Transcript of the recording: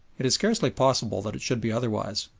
it is scarcely possible that it should be otherwise.